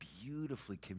beautifully